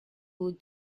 would